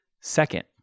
Second